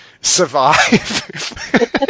survive